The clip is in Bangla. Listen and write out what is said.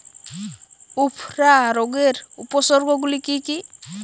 উফরা রোগের উপসর্গগুলি কি কি?